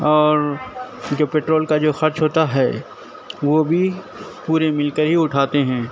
اور جو پٹرول کا جو خرچ ہوتا ہے وہ بھی پورے مل کر ہی اٹھاتے ہیں